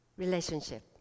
relationship